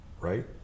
right